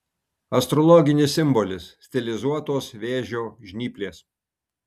astrologinis simbolis stilizuotos vėžio žnyplės